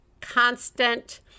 constant